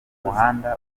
muhanda